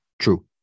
true